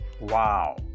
Wow